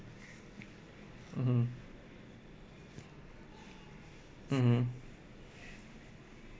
mmhmm mmhmm